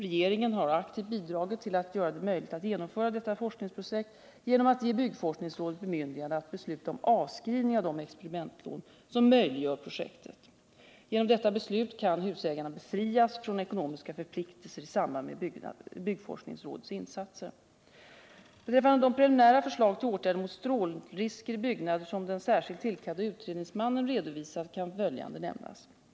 Regeringen har aktivt bidragit till att göra det möjligt att genomföra detta forskningsprojekt genom att ge byggforskningsrådet bemyndigande att besluta om avskrivning av de experimentlån som möjliggör projektet. Genom detta beslut kan husägarna befrias från ekonomiska förpliktelser i samband med byggforskningsrådets insatser. Beträffande de preliminära förslag till åtgärder mot strålrisker i byggnader som den särskilt tillkallade utredningsmannen redovisat kan följande nämnas.